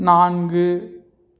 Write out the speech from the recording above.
நான்கு